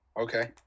Okay